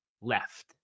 left